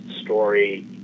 story